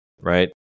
Right